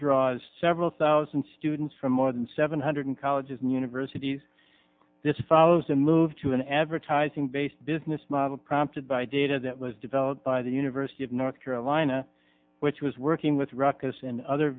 draws several thousand students from more than seven hundred colleges and universities this follows a move to an advertising based business model prompted by data that was developed by the university of north carolina which was working with ruckus and other